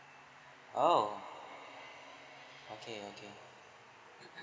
oh okay okay